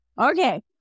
Okay